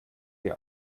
die